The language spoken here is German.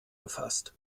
gefasst